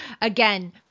again